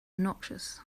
noxious